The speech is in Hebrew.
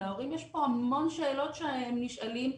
להורים יש פה המון שאלות שנשאלים,